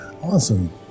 Awesome